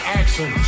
action